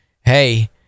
hey